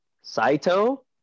Saito